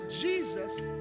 Jesus